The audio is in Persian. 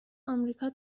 امریکا